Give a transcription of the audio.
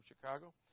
Chicago